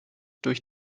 durch